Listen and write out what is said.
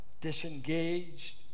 disengaged